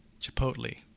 Chipotle